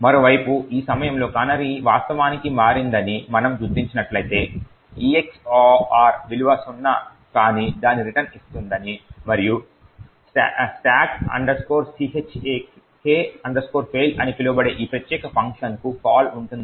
మరోవైపు ఈ సమయంలో కానరీ వాస్తవానికి మారిందని మనము గుర్తించినట్లయితే EX OR విలువ సున్నా కాని దాన్ని రిటన్ ఇస్తుందని మరియు stack chk fail అని పిలువబడే ఈ ప్రత్యేక ఫంక్షన్కు కాల్ ఉంటుంది